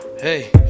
hey